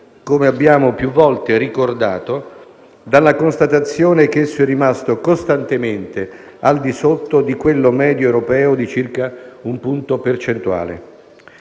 come abbiamo più volte ricordato, dalla constatazione che esso è rimasto costantemente al di sotto di quello medio europeo di circa un punto percentuale.